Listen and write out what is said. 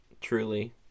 Truly